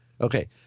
Okay